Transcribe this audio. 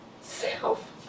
self